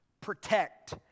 protect